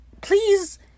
please